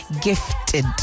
gifted